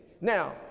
Now